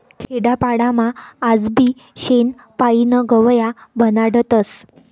खेडापाडामा आजबी शेण पायीन गव या बनाडतस